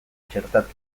txertatu